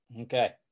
Okay